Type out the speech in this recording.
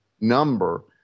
number